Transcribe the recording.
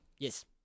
Yes